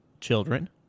children